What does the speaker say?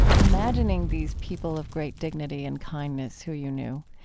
imagining these people of great dignity and kindness who you knew.